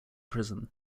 prison